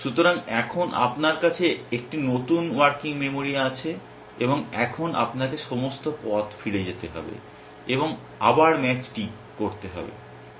সুতরাং এখন আপনার কাছে একটি নতুন ওয়ার্কিং মেমরি আছে এবং এখন আপনাকে সমস্ত পথ ফিরে যেতে হবে এবং আবার ম্যাচটি করতে হবে